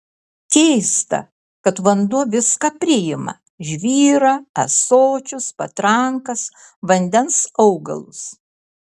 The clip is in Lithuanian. keista kad vanduo viską priima žvyrą ąsočius patrankas vandens augalus